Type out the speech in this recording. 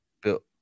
built